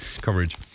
coverage